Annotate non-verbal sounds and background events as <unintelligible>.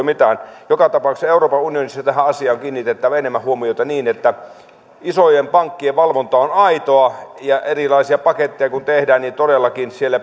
<unintelligible> mitään joka tapauksessa euroopan unionissa tähän asiaan on kiinnitettävä enemmän huomiota niin että isojen pankkien valvonta on aitoa ja erilaisia paketteja kun tehdään niin todellakin siellä <unintelligible>